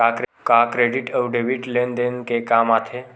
का क्रेडिट अउ डेबिट लेन देन के काम आथे?